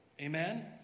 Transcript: Amen